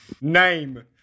Name